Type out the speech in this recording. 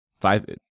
five